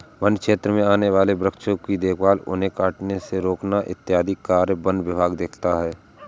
वन्य क्षेत्र में आने वाले वृक्षों की देखभाल उन्हें कटने से रोकना इत्यादि कार्य वन विभाग देखता है